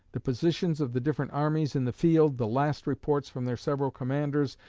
the positions of the different armies in the field, the last reports from their several commanders,